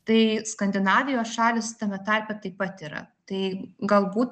tai skandinavijos šalys tame tarpe taip pat yra tai galbūt